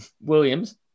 Williams